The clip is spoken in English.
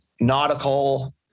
Nautical